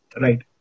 Right